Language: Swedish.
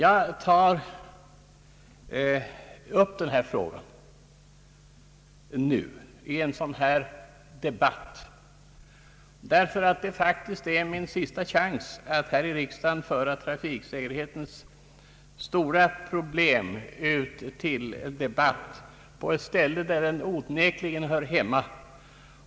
Att denna fråga tas upp nu i en remissdebatt beror på att det faktiskt är min sista chans att här i riksdagen föra trafiksäkerhetens stora problem ut till debatt på ett ställe där det onekligen hör hemma.